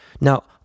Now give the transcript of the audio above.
Now